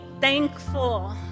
thankful